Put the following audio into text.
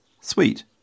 Sweet